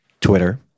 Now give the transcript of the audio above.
Twitter